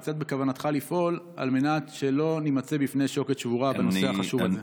כיצד בכוונתך לפעול על מנת שלא נימצא בפני שוקת שבורה בנושא החשוב הזה.